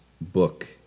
book